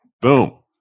boom